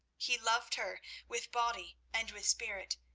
he loved her with body and with spirit,